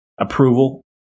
approval